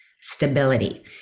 stability